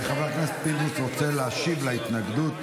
חבר הכנסת פינדרוס רוצה להשיב על ההתנגדות.